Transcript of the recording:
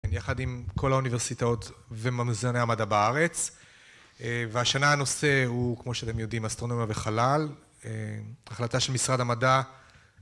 יחד עם כל האוניברסיטאות וממוזיאוני המדע בארץ והשנה הנושא הוא, כמו שאתם יודעים, אסטרונומיה וחלל, החלטה של משרד המדע